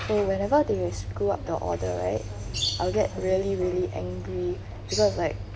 so whenever they screwed up the order right I'll get really really angry because like